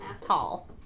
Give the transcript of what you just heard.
tall